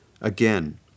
Again